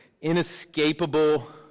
inescapable